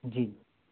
जी